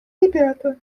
ребята